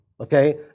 okay